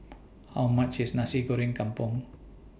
How much IS Nasi Goreng Kampung